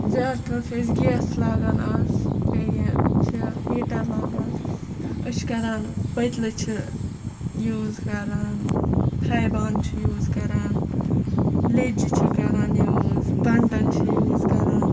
زیاد تَر چھِ أسۍ گیس لا گان آز بییٚہِ چھِ ہیٹَر لاگان أسۍ چھِ کَران پٔتۍلہٕ چھِ یوٗز کَران فراے بان چھِ یوٗز کَران لیٚجہِ چھِ کَران یوٗز بَنٹَن چھِ یوٗز کَران